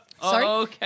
sorry